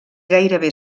gairebé